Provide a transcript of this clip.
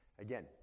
Again